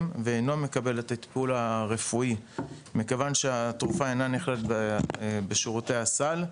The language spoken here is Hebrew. ואינו מקבל את הטיפול הרפואי מכיוון שהתרופה אינה נכללת בשירותי הסל,